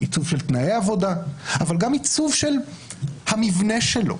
עיצוב של תנאי עבודה אבל גם עיצוב של המבנה שלו,